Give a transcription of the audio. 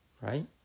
Right